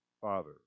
Father